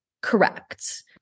correct